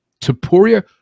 Tapuria